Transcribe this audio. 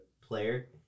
player